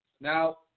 Now